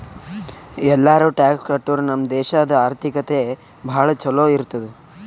ಎಲ್ಲಾರೂ ಟ್ಯಾಕ್ಸ್ ಕಟ್ಟುರ್ ನಮ್ ದೇಶಾದು ಆರ್ಥಿಕತೆ ಭಾಳ ಛಲೋ ಇರ್ತುದ್